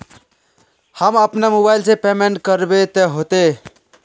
हम अपना मोबाईल से पेमेंट करबे ते होते?